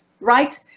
right